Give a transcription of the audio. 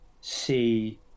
see